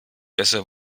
besser